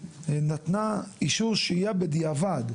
נתנה אישור שהייה בדיעבד,